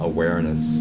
Awareness